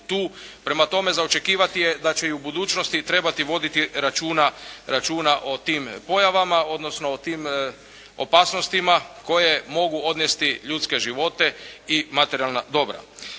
Prema tome, za očekivati je da će i u budućnosti trebati voditi računa o tim pojavama, odnosno o tim opasnostima koje mogu odnesti ljudske živote i materijalna dobra.